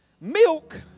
Milk